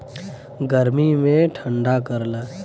गर्मी मे ठंडा करला